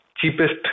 cheapest